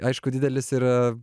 aišku didelis ir